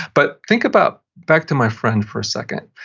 but think about back to my friend for a second.